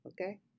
Okay